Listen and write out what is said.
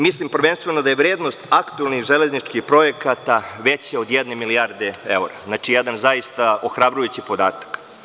Mislim prvenstveno da je vrednost aktuelnih železničkih projekata veća od jedne milijarde evra, znači, jedan zaista ohrabrujući podataka.